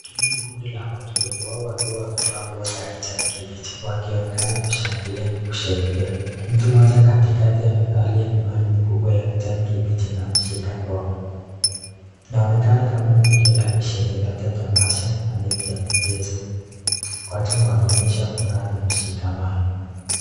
Hili ni kundi la watu, wengi wao wakiwa wamevaa nguo za kijani kibichi, wakionekana kushangilia na kusherekea. Mtu mmoja katikati amevalia miwani mikubwa ya kijani kibichi na ameshika ngoma, inaonekana kama ni tukio la kisherehe labda tamasha na mechi ya michezo, watu wanaonyesha furaha na mshikamano.